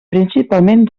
principalment